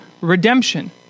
redemption